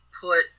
put